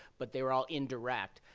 but they're all indirect.